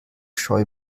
scheu